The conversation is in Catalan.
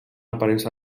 aparença